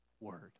Word